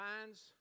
finds